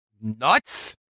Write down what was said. nuts